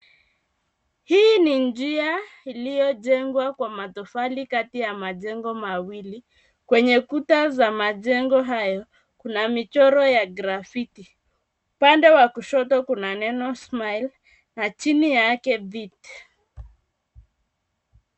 Hii ni njia iliyojengwa kwa matofali kati ya majengo mawili. Kwenye kuta za majengo hayo kuna michoro ya grafiti. Upande wa kushoto kuna neno “SMILE”, na chini yake limeandikwa “BEAT.”